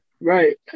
Right